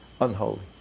unholy